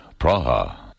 Praha